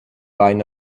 line